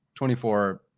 24